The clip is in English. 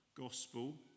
gospel